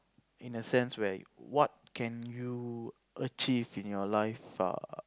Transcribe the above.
in a sense where what can you achieve in your life ah